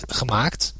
gemaakt